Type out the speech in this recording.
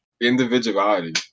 individuality